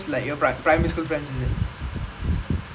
no no no we play some like we just go there